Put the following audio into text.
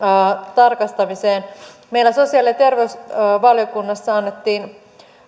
tarkastamiseen meille sosiaali ja terveysvaliokunnassa annettiin